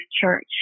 church